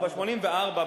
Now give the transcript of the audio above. ב-1984,